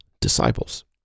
disciples